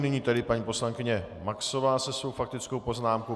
Nyní tedy paní poslankyně Maxová se svou faktickou poznámkou.